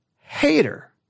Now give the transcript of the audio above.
hater